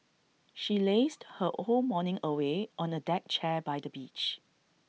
she lazed her whole morning away on A deck chair by the beach